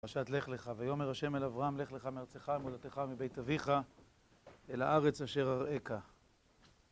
פרשת לך לך, ויאמר השם אל אברהם לך לך מארצך מולדתך מבית אביך אל הארץ אשר הראכה.